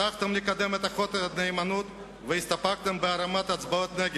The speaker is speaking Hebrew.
הבטחתם לקדם את חוק הנאמנות והסתפקתם בהרמת אצבעות נגד.